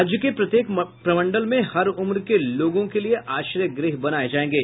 राज्य के प्रत्येक प्रमंडल में हर उम्र के लोगों के लिये आश्रय गृह बनाये जायेंगे